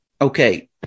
okay